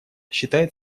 считает